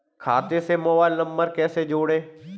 खाते से mobile number कैसे जोड़ें?